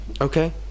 Okay